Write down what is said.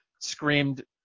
screamed